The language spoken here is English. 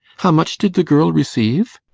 how much did the girl receive?